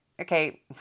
Okay